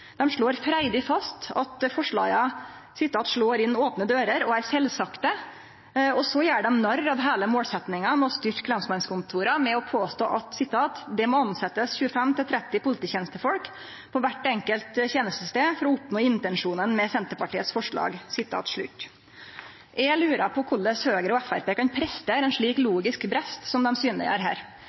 Dei slår freidig fast at forslaga «slår inn åpne dører og er selvsagte». Så gjer dei narr av heile målsetjinga om å styrkje lensmannskontora med å påstå at «det må ansettes mellom 25 og 30 polititjenestefolk på hvert enkelt tjenestested for å oppnå intensjonen med Senterpartiets forslag». Eg lurer på korleis Høgre og Framstegspartiet kan prestere ein slik logisk brest som dei synleggjer her.